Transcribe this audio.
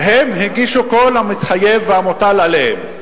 הם הגישו את כל המתחייב והמוטל עליהם,